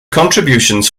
contributions